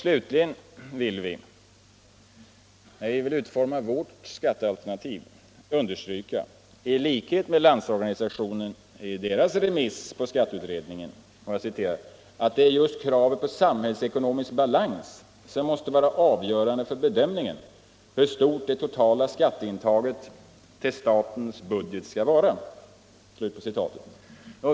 Slutligen vill vi understryka — i likhet med LO i sitt remissvar beträffande skatteutredningen — ”att det just är kravet på samhällsekonomisk balans som måste vara avgörande för bedömningen hur stort det totala skatteintaget till statsbudgeten skall vara”.